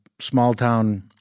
small-town